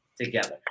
together